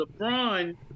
LeBron